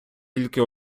тільки